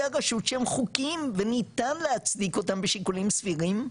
הרשות שהם חוקיים וניתן להצדיק אותם בשיקולים סבירים,